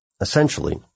essentially